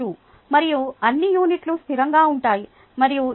22 మరియు అన్ని యూనిట్లు స్థిరంగా ఉంటాయి మరియు ఇది లీటరుకు 0